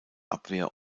abwehr